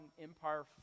Empire